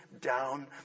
down